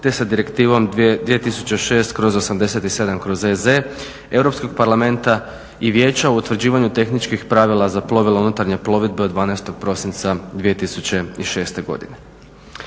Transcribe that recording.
te sa direktivom 2006./87./EZ. Europskog parlamenta i Vijeća o utvrđivanju tehničkih pravila za plovila unutarnje plovidbe od 12. prosinca 2006. godine.